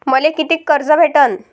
मले कितीक कर्ज भेटन?